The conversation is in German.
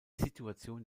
situation